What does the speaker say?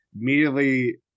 Immediately